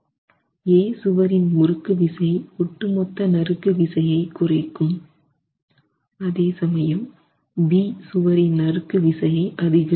A சுவரின் முறுக்கு விசை ஒட்டுமொத்த நறுக்கு விசையை குறைக்கும் அதே சமயம் B சுவரின் நறுக்கு விசையை அதிகரிக்கும்